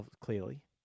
clearly